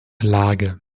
lage